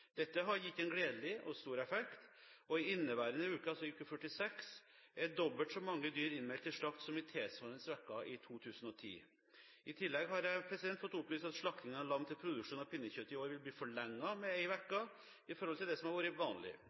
Dette har gitt en gledelig og stor effekt, og i inneværende uke, uke 46, er dobbelt så mange dyr innmeldt til slakt som i tilsvarende uke i 2010. I tillegg har jeg fått opplyst at slakting av lam til produksjon av pinnekjøtt i år vil bli forlenget med én uke i forhold til det som har vært vanlig.